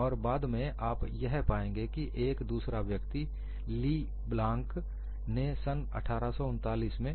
और बाद में आप यह पाएंगे कि एक दूसरा व्यक्ति लि ब्लांक ने सन् 1839 में